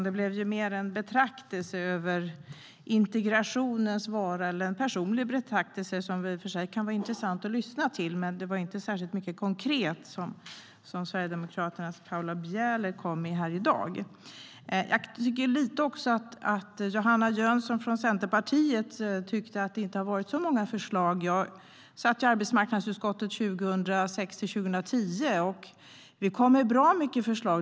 Det blev mer en personlig betraktelse över integrationens vara eller icke vara som i och för sig kan vara intressant att lyssna till, men det var inte särskilt mycket konkret som Sverigedemokraternas Paula Bieler kom med här i dag. Johanna Jönsson från Centerpartiet tyckte inte att det har funnits så många förslag. Jag satt i arbetsmarknadsutskottet 2006-2010, och vi kom med många bra förslag.